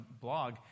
blog